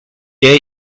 der